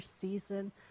season